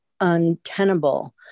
untenable